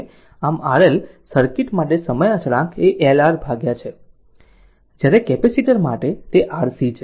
આમ RL circuit માટે સમય અચળાંક એ L R છે જ્યારે કેપેસિટર માટે તે RC છે